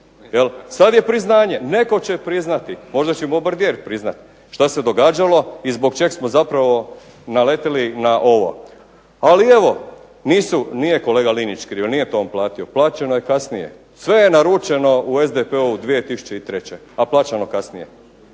Sad je priznanje, netko će priznati, možda će …/Govornik se ne razumije./… priznati što se događalo i zbog čeg smo zapravo naletili na ovo. Ali evo, nije kolega Linić kriv, nije to on platio, plaćeno je kasnije. Sve je naručeno u SDP-u 2003., a plaćeno kasnije